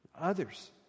others